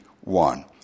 one